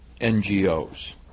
NGOs